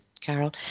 Carol